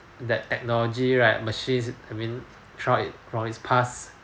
that technology right machines I mean throughout always pass